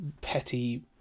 petty